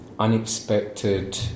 Unexpected